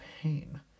pain